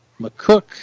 McCook